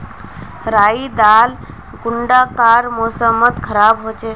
राई लार दाना कुंडा कार मौसम मोत खराब होचए?